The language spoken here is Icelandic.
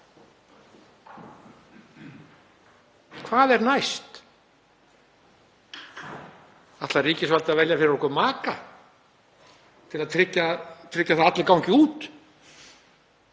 Hvað er næst? Ætlar ríkisvaldið að velja fyrir okkur maka til að tryggja að allir gangi út?